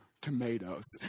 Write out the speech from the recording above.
tomatoes